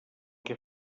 que